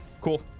Cool